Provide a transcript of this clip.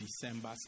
December